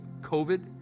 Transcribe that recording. covid